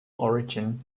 origin